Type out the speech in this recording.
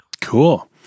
Cool